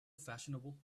fashionable